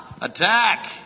attack